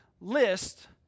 list